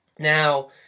Now